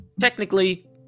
technically